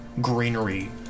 greenery